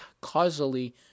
causally